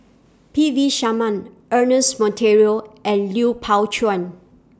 P V Sharma Ernest Monteiro and Lui Pao Chuen